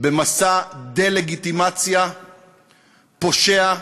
במסע דה-לגיטימציה פושע,